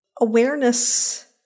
Awareness